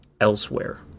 elsewhere